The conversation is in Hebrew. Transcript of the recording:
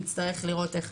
נתחיל בחיזור